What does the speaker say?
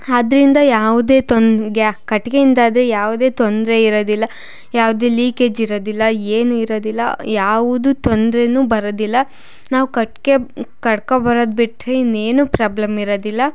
ಆದ್ರಿಂದ ಯಾವುದೇ ತೊನ್ ಗೆ ಕಟ್ಟಿಗೆಯಿಂದಾದ್ರೆ ಯಾವುದೇ ತೊಂದರೆ ಇರೋದಿಲ್ಲ ಯಾವುದೇ ಲೀಕೇಜ್ ಇರೋದಿಲ್ಲ ಏನೂ ಇರೋದಿಲ್ಲ ಯಾವುದು ತೊಂದರೇನೂ ಬರೋದಿಲ್ಲ ನಾವು ಕಟ್ಗೆ ಕಡ್ಕೊ ಬರೋದು ಬಿಟ್ಟರೆ ಇನ್ನೇನೂ ಪ್ರಾಬ್ಲಮ್ ಇರೋದಿಲ್ಲ